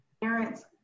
Parents